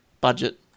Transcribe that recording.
Budget